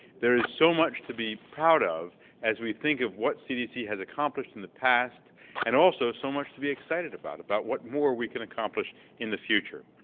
there is so much to be proud of as we think of what cdc has accomplished in the past and also so much to be excited about, about what more we can accomplish in the future.